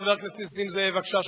חבר הכנסת נסים זאב, בבקשה.